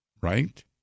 right